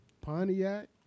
Pontiac